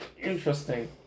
Interesting